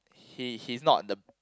he he's not the